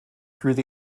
through